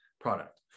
product